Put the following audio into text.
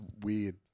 weird